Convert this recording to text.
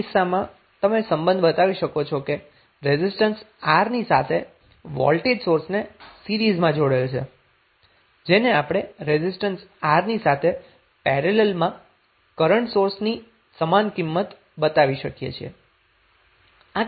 આ કિસ્સામાં પણ તમે સંબંધ બતાવી શકો છો કે રેઝિસ્ટન્સ R ની સાથે વોલ્ટેજ સોર્સને સીરીઝ માં જોડેલ છે જેને આપણે રેઝિસ્ટન્સ R ની સાથે પેરેલલમાં કરન્ટ સોર્સની સમાન બતાવી શકીએ છીએ